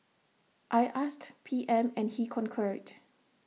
I asked P M and he concurred